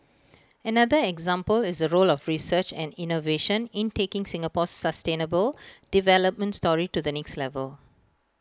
another example is the role of research and innovation in taking Singapore's sustainable development story to the next level